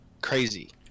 crazy